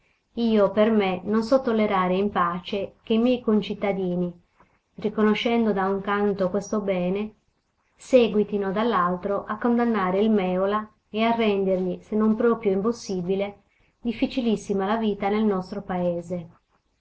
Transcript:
io per me non so tollerare in pace che i miei concittadini riconoscendo da un canto questo bene seguitino dall'altro a condannare il mèola e a rendergli se non proprio impossibile difficilissima la vita nel nostro paese